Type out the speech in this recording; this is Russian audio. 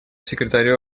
секретарю